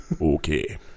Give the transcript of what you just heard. Okay